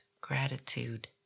gratitude